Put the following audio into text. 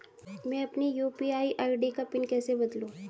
मैं अपनी UPI ID का पिन कैसे बदलूं?